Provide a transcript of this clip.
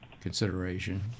consideration